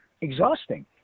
exhausting